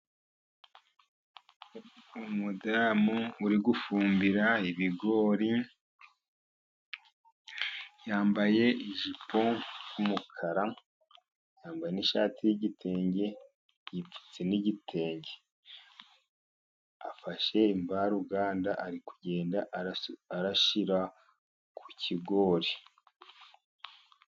Umudamu uri gufumbira ibigori. Yambaye ijipo y'umukara, yambaye n'ishati y'igitenge, yipfutse n'igitenge. Afashe imvaruganda ari kugenda arashyira ku kigori.